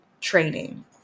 training